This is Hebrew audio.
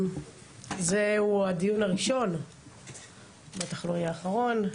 זהו הדיון הראשון בטח לא יהיה אחרון,